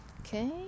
Okay